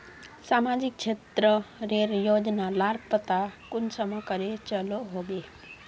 सामाजिक क्षेत्र रेर योजना लार पता कुंसम करे चलो होबे?